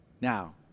Now